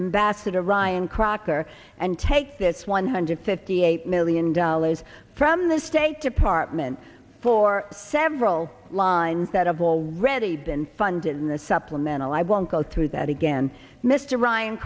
ambassador ryan crocker and take this one hundred fifty eight million dollars from the state department for several lines that have already been funded in the supplemental i won't go through that again mr ryan